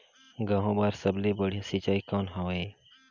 गहूं बर सबले बढ़िया सिंचाई कौन हवय?